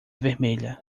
vermelha